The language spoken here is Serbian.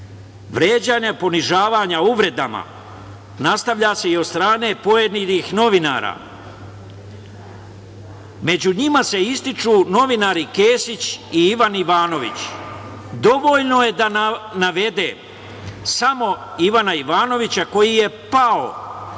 ponižavanja, uvredama nastavlja se i od strane pojedinih novinara. Među njima se ističu novinari Kesić i Ivan Ivanović. Dovoljno je da navedem samo Ivana Ivanovića koji je pao